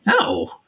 no